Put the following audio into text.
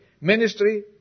ministry